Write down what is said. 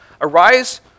Arise